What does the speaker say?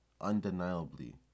undeniably